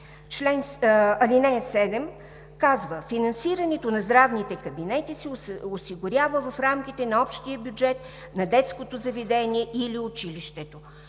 ал. 7 се казва, че финансирането на здравните кабинети се осигурява в рамките на общия бюджет на детското заведение или училището.